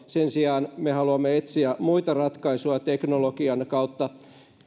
sen sijaan me haluamme etsiä muita ratkaisuja teknologian kautta